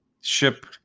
ship